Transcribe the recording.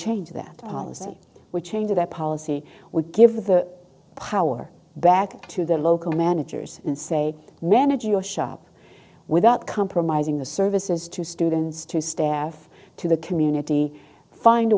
change that policy which changed their policy would give the power back to the local managers and say manage your shop without compromising the services to students to staff to the community find